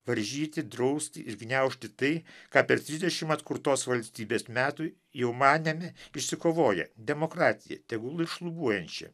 varžyti drausti ir gniaužti tai ką per trisdešimt atkurtos valstybės metų jau manėme išsikovoję demokratiją tegul ir šlubuojančią